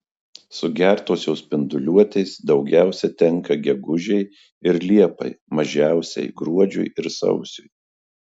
sugertosios spinduliuotės daugiausiai tenka gegužei ir liepai mažiausia gruodžiui ir sausiui